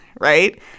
right